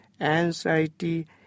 anxiety